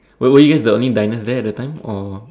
were were you guys the only diners there at the time or